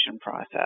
process